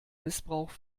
missbrauch